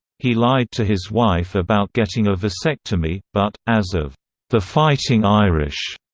he lied to his wife about getting a vasectomy, but, as of the fighting irish,